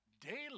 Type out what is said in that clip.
daily